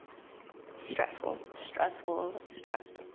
stressful. stressful. stressed,